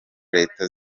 leta